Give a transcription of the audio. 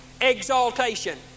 exaltation